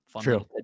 True